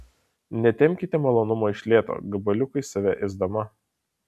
netempkite malonumo iš lėto gabaliukais save ėsdama